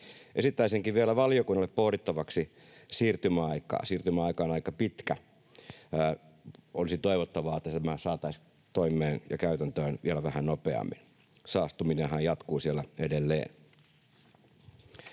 Esittäisinkin vielä valiokunnalle pohdittavaksi siirtymäaikaa. Siirtymäaika on aika pitkä, ja olisi toivottavaa, että tämä saataisiin toimeen ja käytäntöön vielä vähän nopeammin. Saastuminenhan jatkuu siellä edelleen.